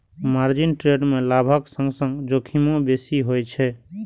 margin trade मे लाभक संग संग जोखिमो बेसी होइ छै